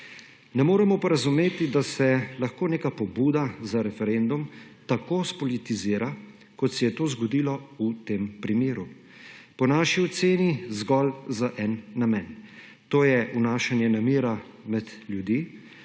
ne moremo pa razumeti, da se lahko neka pobuda za referendum tako spolitizira, kot se je to zgodilo v tem primeru. Po naši oceni zgolj za en namen : to je vnašanje nemira med ljudi,